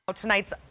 Tonight's